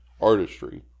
artistry